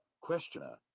Questioner